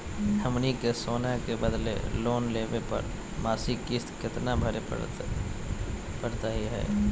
हमनी के सोना के बदले लोन लेवे पर मासिक किस्त केतना भरै परतही हे?